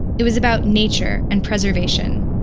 it was about nature, and preservation.